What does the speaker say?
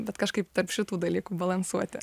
bet kažkaip tarp šitų dalykų balansuoti